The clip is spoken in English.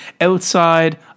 outside